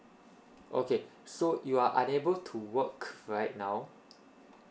okay so you are unable to work right now